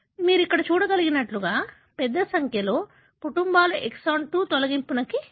మీరు ఇక్కడ చూడగలిగినట్లుగా పెద్ద సంఖ్యలో కుటుంబాలు ఎక్సాన్ 2 తొలగింపును చూపుతాయి